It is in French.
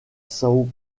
são